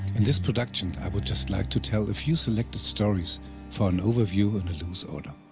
in this production, i would just like to tell a few selected stories for an overview in a loose order.